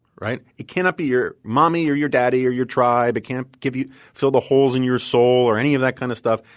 right? it cannot be your mommy or your daddy or your tribe. it can't give you fill the holes in your soul or any of that kind of stuff.